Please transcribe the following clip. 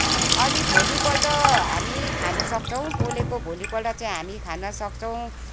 अलि भोलिपल्ट हामी खानसक्छौँ पोलेको भोलिपल्ट चाहिँ हामी खानसक्छौँ